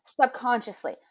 subconsciously